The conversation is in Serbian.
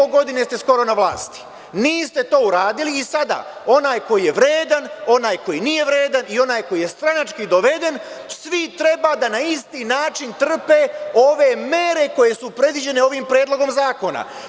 Dve i po godine ste na vlasti, niste to uradili i sada onaj koji je vredan, onaj koji nije vredan i onaj koji je stranački doveden, svi treba da na isti način trpe ove mere koje su predviđene ovim predlogom zakona.